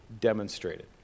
demonstrated